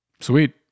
Sweet